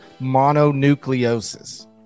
mononucleosis